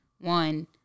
one